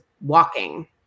walking